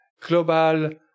global